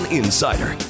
insider